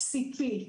CP,